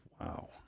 Wow